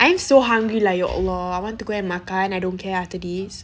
I'm so hungry lah !alah! I want to go and makan I don't care after this